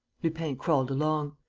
lupin crawled along.